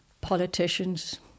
politicians